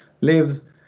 lives